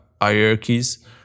hierarchies